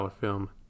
film